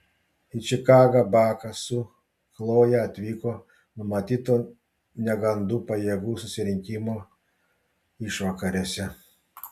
į čikagą bakas su chloje atvyko numatyto negandų pajėgų susirinkimo išvakarėse